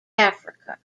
africa